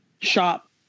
shop